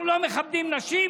אנחנו לא מכבדים נשים?